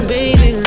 Baby